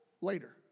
Later